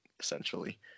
Essentially